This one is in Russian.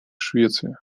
швеция